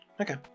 Okay